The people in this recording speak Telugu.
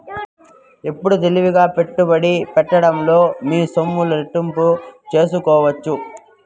ఎప్పుడు తెలివిగా పెట్టుబడి పెట్టడంలో మీ సొమ్ములు రెట్టింపు సేసుకోవచ్చు